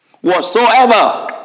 Whatsoever